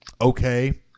okay